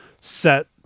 set